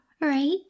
right